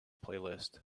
playlist